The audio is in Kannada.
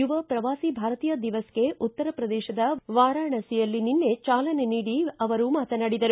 ಯುವ ಶ್ರವಾಸಿ ಭಾರತಿಯ ದಿವಸ್ಗೆ ಉತ್ತರ ಶ್ರದೇಶದ ವಾರಾಣಸಿಯಲ್ಲಿ ನಿನ್ನೆ ಚಾಲನೆ ನೀಡಿ ಅವರು ಮಾತನಾಡಿದರು